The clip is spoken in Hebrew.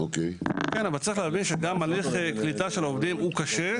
אבל צריך להבין שגם הליך קליטה של עובדים הוא קשה,